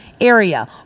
Area